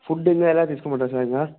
food ఇంకా ఎలా తీసుకోమంటారు సార్ ఇంకా